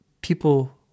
people